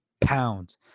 pounds